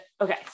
Okay